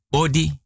odi